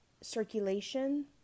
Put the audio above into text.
circulation